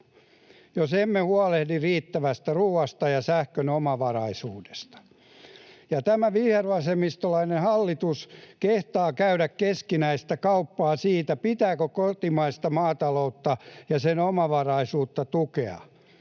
jos emme huolehdi riittävästä ruuasta ja sähkön omavaraisuudesta. Ja tämä vihervasemmistolainen hallitus kehtaa käydä keskinäistä kauppaa siitä, pitääkö kotimaista maataloutta ja sen omavaraisuutta tukea.